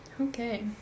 Okay